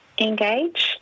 engage